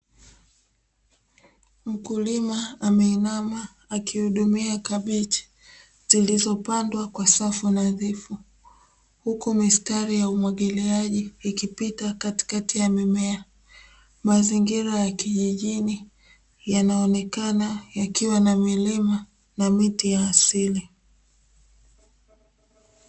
Mkulima ameinama akihudumia kabichi zilizopandwa kwa safu nadhifu huku mistari ya umwagiliaji ikipita katikati ya mimea, mazingira ya kijijini yanaonekana yakiwa na milima na miti ya asili.